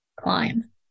climb